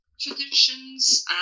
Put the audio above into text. traditions